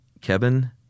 Kevin